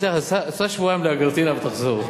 סע שבועיים לארגנטינה ותחזור.